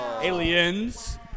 Aliens